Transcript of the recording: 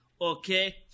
Okay